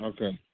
Okay